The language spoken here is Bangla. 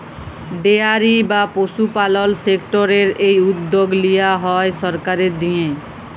ডেয়ারি বা পশুপালল সেক্টরের এই উদ্যগ লিয়া হ্যয় সরকারের দিঁয়ে